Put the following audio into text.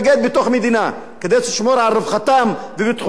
כדי שתשמור על רווחתם, ביטחונם.